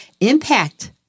impact